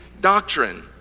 doctrine